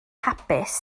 hapus